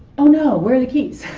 oh no, where are the keys?